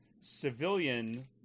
civilian